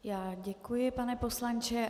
Já děkuji, pane poslanče.